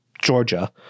Georgia